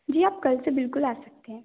जी आप कल से बिल्कुल आ सकते हैं